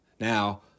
Now